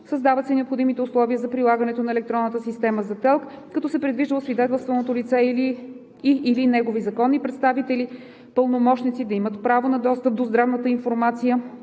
Създават се и необходимите условия за прилагането на електронната система за ТЕЛК, като се предвижда освидетелстваното лице и/или неговите законни представители/пълномощници да имат право на достъп до здравната информация